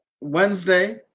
Wednesday